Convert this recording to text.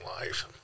life